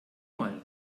mal